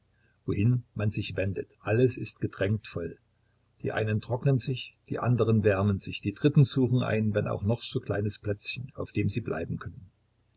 wohin man sich wendet alles ist gedrängt voll die einen trocknen sich die anderen wärmen sich die dritten suchen ein wenn auch noch so kleines plätzchen auf dem sie bleiben können